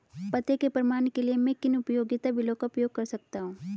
पते के प्रमाण के लिए मैं किन उपयोगिता बिलों का उपयोग कर सकता हूँ?